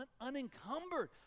unencumbered